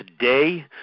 today